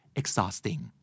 exhausting